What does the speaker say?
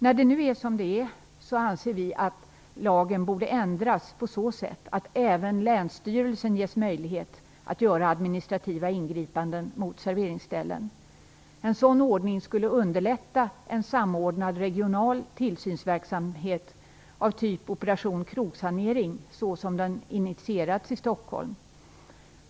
När det nu är som det är anser vi att lagen borde ändras på så sätt att även länsstyrelsen ges möjlighet att göra administrativa ingripanden mot serveringsställen. En sådan ordning skulle underlätta för en samordnad regional tillsynsverksamhet av typen Operation krogsanering, såsom den initierats i Stockholm.